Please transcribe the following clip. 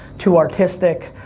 too artistic.